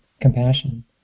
compassion